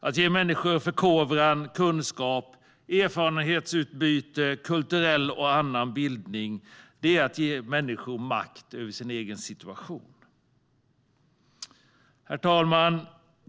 Att ge människor förkovran, kunskap, erfarenhetsutbyte, kulturell och annan bildning är att ge människor makt över sin egen situation. Herr talman!